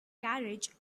carriage